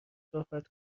صحبت